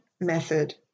method